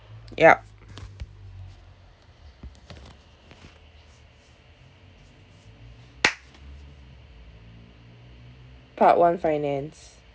yup part one finance